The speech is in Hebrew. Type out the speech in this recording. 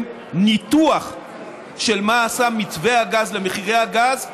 ניתוח של מה עשה מתווה הגז למחירי הגז.